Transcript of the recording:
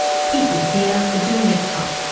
people here are doing it tough.